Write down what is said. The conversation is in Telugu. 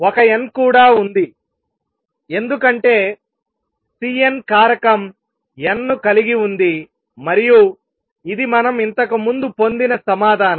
ఒక n కూడా ఉంది ఎందుకంటే Cn కారకం n ను కలిగి ఉంది మరియు ఇది మనం ఇంతకు ముందు పొందిన సమాధానం